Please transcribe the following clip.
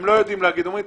הם לא יודעים לומר ואומרים,